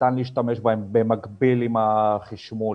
ניתן להשתמש בהן במקביל עם החשמול.